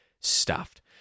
stuffed